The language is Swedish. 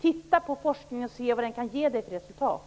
Titta på forskningen och se vad den kan ge för resultat!